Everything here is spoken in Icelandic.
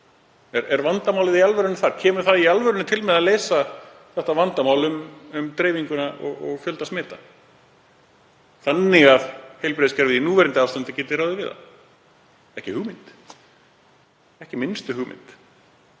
Er vandamálið í alvörunni þar? Kemur það í alvörunni til með að leysa þetta vandamál með dreifinguna og fjölda smita þannig að heilbrigðiskerfið í núverandi ástandi geti ráðið við það? Ég hef ekki minnstu hugmynd.